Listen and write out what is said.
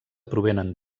provenen